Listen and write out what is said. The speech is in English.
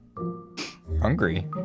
Hungry